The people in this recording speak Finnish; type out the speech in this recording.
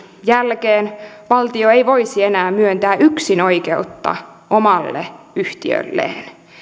jälkeen valtio ei voisi enää myöntää yksinoikeutta omalle yhtiölleen